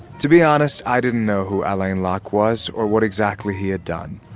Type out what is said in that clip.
to be honest, i didn't know who alain locke was or what exactly he had done.